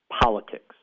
politics